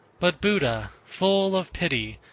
but buddha, full of pity,